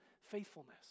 faithfulness